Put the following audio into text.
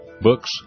books